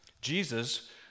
Jesus